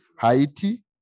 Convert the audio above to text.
Haiti